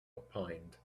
opined